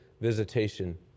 visitation